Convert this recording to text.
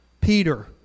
Peter